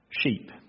sheep